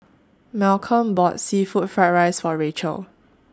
Malcolm bought Seafood Fried Rice For Rachelle